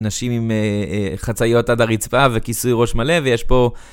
נשים עם חצאיות עד הרצפה וכיסוי ראש מלא, ויש פה...